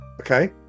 Okay